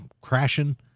crashing